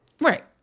Right